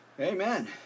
Amen